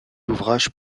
ouvrages